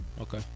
Okay